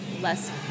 less